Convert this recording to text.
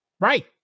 Right